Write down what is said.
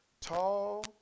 tall